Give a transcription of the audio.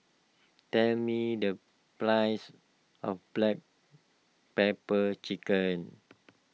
tell me the price of Black Pepper Chicken